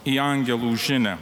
į angelų žinią